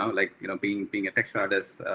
um like you know being being a texture artist,